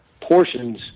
portions